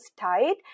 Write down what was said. tight